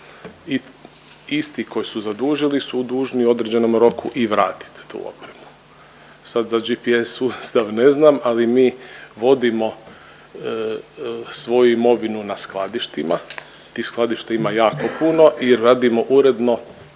i isti koji su zadužili su dužni u određenom roku i vratit tu opremu. Sad za GPS sustav ne znam ali mi vodimo svoju imovinu na skladištima. Tih skladišta ima jako puno i radimo uredno